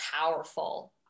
powerful